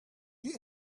you